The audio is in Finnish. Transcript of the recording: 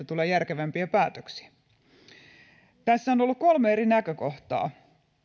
tulee järkevämpiä päätöksiä tässä on ollut kolme eri näkökohtaa